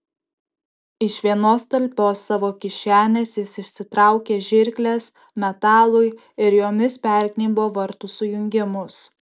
iš vienos talpios savo kišenės jis išsitraukė žirkles metalui ir jomis pergnybo vartų sujungimus